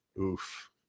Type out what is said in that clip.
Oof